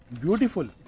Beautiful